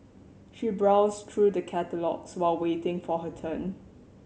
she browsed through the catalogues while waiting for her turn